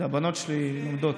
הבנות שלי לומדות.